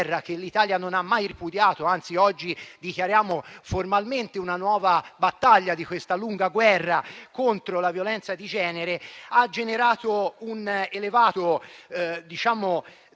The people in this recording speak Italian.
che l'Italia non ha mai ripudiato - anzi, oggi intraprendiamo formalmente una nuova battaglia di questa lunga guerra contro la violenza di genere - ha generato un elevato disvalore